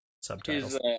subtitles